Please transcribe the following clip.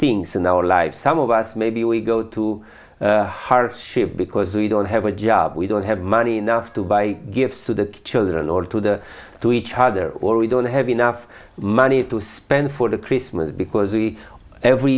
things in our lives some of us maybe we go to shit because we don't have a job we don't have money enough to buy gifts to the children or to the to each other or we don't have enough money to spend for the christmas because we every